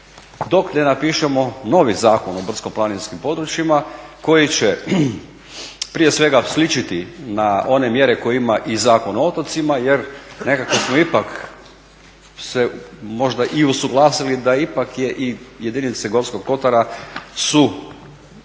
dok ne napišemo novi zakon o o brdsko-planinskim područjima koji će prije svega sličiti na one mjere koje ima i Zakon o otocima jer nekako smo ipak se možda i usuglasili da ipak je i jedinice Gorskog Kotara su